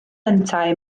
yntau